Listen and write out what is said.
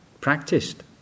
practiced